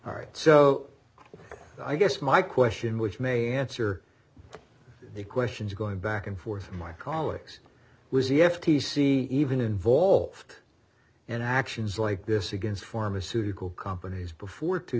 all right so i guess my question which may answer the questions going back and forth my colleagues was e f t c even involved in actions like this against pharmaceutical companies before two